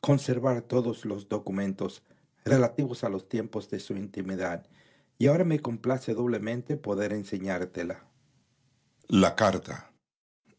conservar todos los documentos relativos a ios tiempos de su intimidad y ahora me complace doblemente poder enseñarla la carta